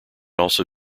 also